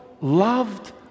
loved